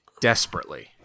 desperately